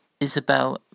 Isabel